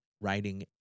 Writing